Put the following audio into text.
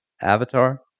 Avatar